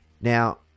Now